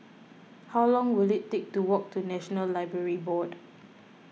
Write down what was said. how long will it take to walk to National Library Board